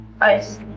ice